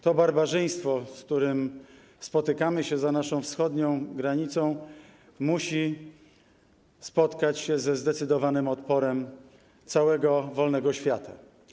To barbarzyństwo, z którym spotykamy się za naszą wschodnią granicą, musi spotkać się ze zdecydowanym odporem całego wolnego świata.